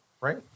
right